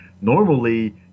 normally